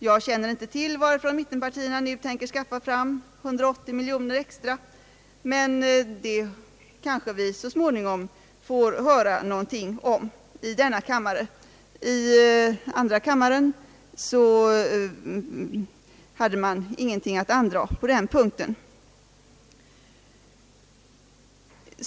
Jag känner inte till varifrån mittenpartierna nu tänker skaffa fram 180 miljoner kronor extra, men det kanske vi så småningom får höra något om i denna kammare. I andra kammaren hade man ingenting att andraga på den punkten.